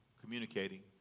communicating